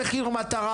במחיר מטרה,